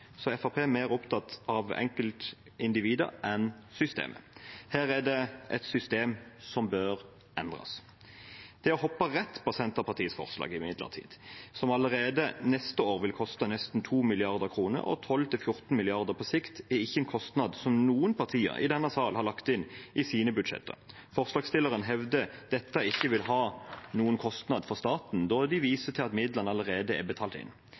et system som bør endres. Kostnaden ved å hoppe rett på Senterpartiets forslag, som allerede neste år vil koste nesten 2 mrd. kr, og 12–14 mrd. kr på sikt, er imidlertid ikke en kostnad som noen partier i denne sal har lagt inn i sine budsjetter. Forslagsstillerne hevder at dette ikke vil ha noen kostnad for staten, og de viser til at midlene allerede er betalt inn.